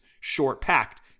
short-packed